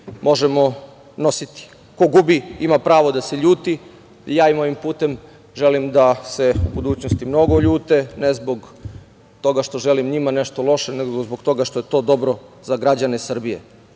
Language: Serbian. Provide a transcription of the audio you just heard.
možemo nositi. Ko gubi ima pravo da se ljuti. Ja im ovim putem želim da se u budućnosti mnogo ljute, ne zbog toga što želim njima nešto loše, nego zbog toga što je to dobro za građane Srbije,